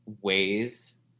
ways